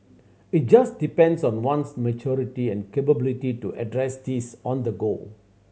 it just depends on one's maturity and capability to address these on the go